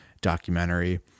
documentary